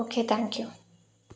okay thank you